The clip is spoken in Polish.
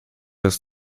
jest